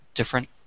different